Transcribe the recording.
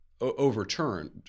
overturned